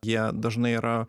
jie dažnai yra